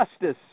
justice